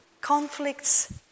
Conflicts